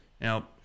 Now